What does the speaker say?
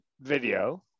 video